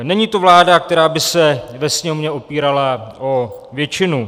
Není to vláda, která by se ve Sněmovně opírala o většinu.